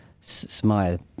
smile